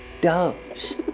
doves